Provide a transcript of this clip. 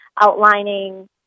outlining